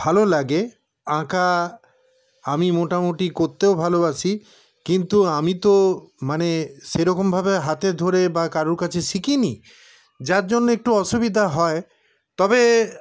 ভালোলাগে আঁকা আমি মোটামুটি করতেও ভালোবাসি কিন্তু আমিতো মানে সেরকমভাবে হাতে ধরে বা কারুর কাছে শিখিনি যার জন্য একটু অসুবিধা হয় তবে